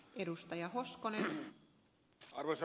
arvoisa rouva puhemies